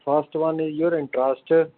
first one your interest